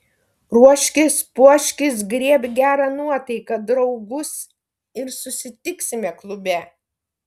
ruoškis puoškis griebk gerą nuotaiką draugus ir susitiksime klube